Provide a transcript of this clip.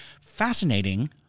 Fascinating